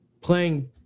playing